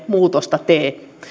muutosta tee